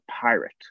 pirate